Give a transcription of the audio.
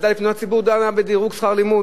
הוועדה לפניות ציבור דנה בדירוג שכר הלימוד,